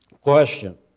question